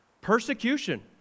Persecution